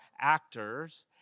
actors